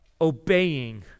obeying